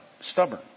stubborn